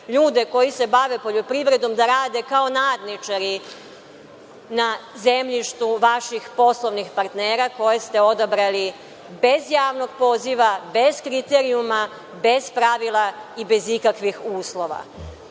ljude koji se bave poljoprivredom da rade kao nadničari na zemljištu vaših poslovnih partnera koje ste odabrali bez javnog poziva, bez kriterijuma, bez pravila i bez ikakvih uslova. Dajte